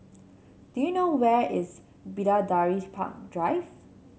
do you know where is Bidadari Park Drive